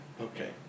Okay